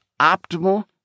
optimal